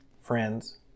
friends